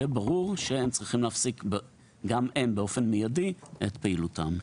שיהיה ברור שגם הם צריכים להפסיק באופן מידי את פעילותם.